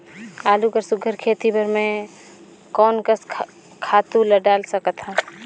आलू कर सुघ्घर खेती बर मैं कोन कस खातु ला डाल सकत हाव?